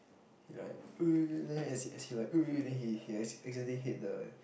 he like !uh! then as he as he like !uh! he he accidentally hit the